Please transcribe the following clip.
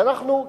אז אנחנו,